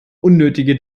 unnötige